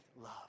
love